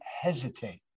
hesitate